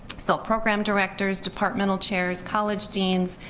so program directors, departmental chairs, college deans,